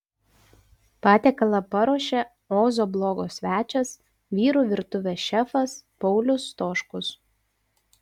patiekalą paruošė ozo blogo svečias vyrų virtuvės šefas paulius stoškus